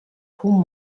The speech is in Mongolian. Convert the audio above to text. хүн